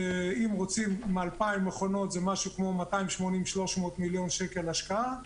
שאם רוצים 2,000 מכונות זה משהו כמו 300-280 מיליון שקלים השקעה,